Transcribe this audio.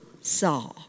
saw